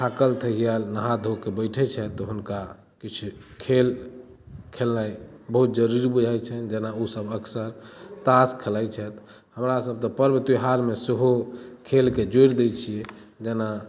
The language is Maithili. थाकल ठेहियाल नहा धो कऽ बैठे छथि तऽ हुनका किछु खेल खेलनाइ बहुत जरुरी बुझाइ छनि जेना सबहक साथ ताश खेलाइ छथि हमरा सब तऽ पर्व त्यौहार मे सेहो खेल के जोड़ि दै छियै जेना